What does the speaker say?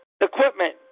equipment